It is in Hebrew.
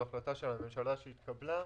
זו החלטה של הממשלה שהתקבלה.